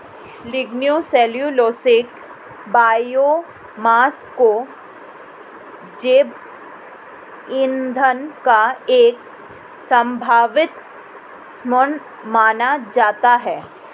lignocellulosic biomass को जैव ईंधन का एक संभावित स्रोत माना जाता है